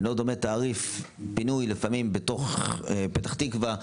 ואני לא מדבר על תעריף פינוי לפעמים בתוך פתח תקווה,